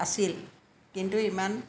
আছিল কিন্তু ইমান